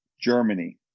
Germany